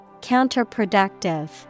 Counterproductive